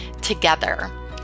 together